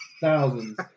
thousands